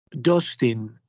Dustin